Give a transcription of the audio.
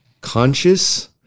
conscious